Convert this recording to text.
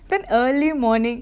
then early morning